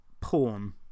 Porn